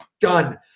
Done